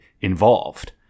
involved